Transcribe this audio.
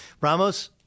Ramos